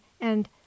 and